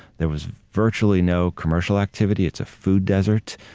there was virtually no commercial activity. it's a food desert.